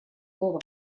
слово